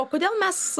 o kodėl mes